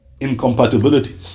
incompatibility